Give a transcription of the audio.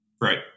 Right